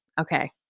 Okay